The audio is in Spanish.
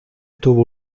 tuvo